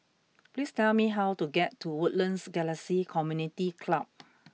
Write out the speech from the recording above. please tell me how to get to Woodlands Galaxy Community Club